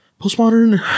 Postmodern